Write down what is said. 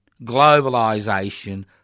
globalisation